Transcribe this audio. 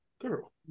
girl